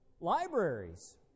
Libraries